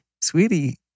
Sweetie